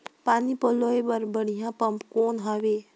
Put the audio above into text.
पानी पलोय बर बढ़िया पम्प कौन हवय?